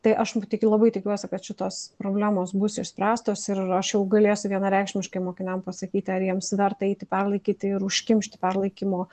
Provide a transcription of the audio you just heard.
tai aš tikiu labai tikiuosi kad šitos problemos bus išspręstos ir aš jau galėsiu vienareikšmiškai mokiniam pasakyti ar jiems verta eiti perlaikyti ir užkimšti perlaikymo